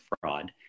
fraud